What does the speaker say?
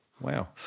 Wow